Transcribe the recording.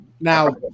Now